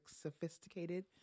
sophisticated